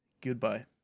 goodbye